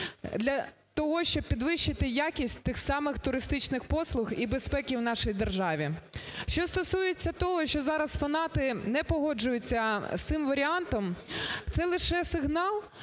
для того, щоб підвищити якість тих самих туристичних послуг і безпеки в нашій державі. Що стосується того, що зараз фанати не погоджуються з цим варіантом. Це лише сигнал,